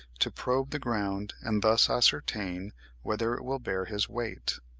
to probe the ground and thus ascertain whether it will bear his weight.